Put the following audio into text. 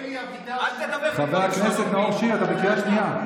אל תדבר, חבר הכנסת נאור שירי, אתה בקריאה שנייה.